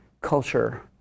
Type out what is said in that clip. culture